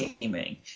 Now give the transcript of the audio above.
gaming